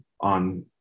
on